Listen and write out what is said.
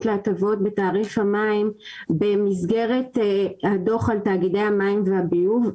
להטבות בתעריף המים במסגרת הדוח על תאגידי המים והביוב.